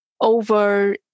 over